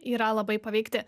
yra labai paveikti